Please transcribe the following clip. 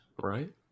Right